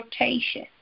rotation